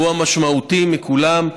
והוא המשמעותי מכולם,